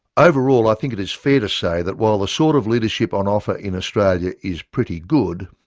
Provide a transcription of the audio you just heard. overall i think it is fair to say that while the sort of leadership on offer in australia is pretty good,